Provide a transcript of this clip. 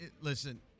listen